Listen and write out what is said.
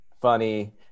funny